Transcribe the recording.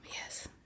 Yes